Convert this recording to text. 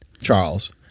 Charles